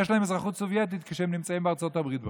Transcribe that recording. אזרחות סובייטית כשהם נמצאים בארצות הברית בכלל.